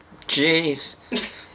Jeez